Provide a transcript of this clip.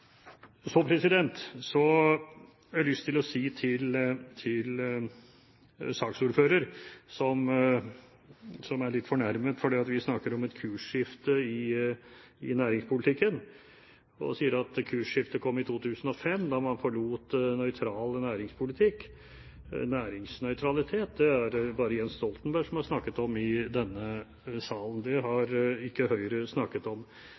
Så har jeg lyst til å si til saksordføreren, som er litt fornærmet fordi vi snakker om et kursskifte i næringspolitikken, og sier at kursskiftet kom i 2005, da man forlot nøytral næringspolitikk. Næringsnøytralitet er det bare Jens Stoltenberg som har snakket om i denne salen. Det har ikke Høyre snakket om.